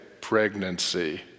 pregnancy